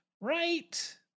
right